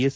S